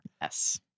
Yes